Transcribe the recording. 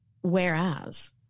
Whereas